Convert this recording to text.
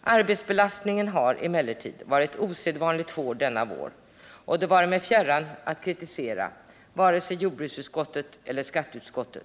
Arbetsbelastningen har emellertid varit osedvanligt hård denna vår, och det vore mig fjärran att kritisera vare sig jordbruksutskottet eller skatteutskottet.